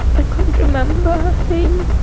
i couldn't remember things.